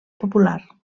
popular